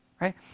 right